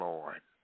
Lord